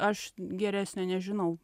aš geresnio nežinau